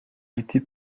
été